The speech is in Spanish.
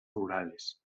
rurales